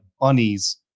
bunnies